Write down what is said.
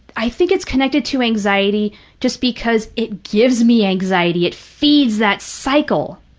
i think it's connected to anxiety just because it gives me anxiety. it feeds that cycle.